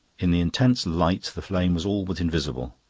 in the intense light the flame was all but invisible.